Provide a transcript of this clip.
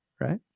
right